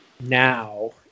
now